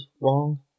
wrong